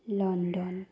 London